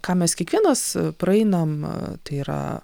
ką mes kiekvienas praeinam tai yra